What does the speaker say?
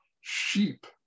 sheep